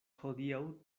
hodiaŭ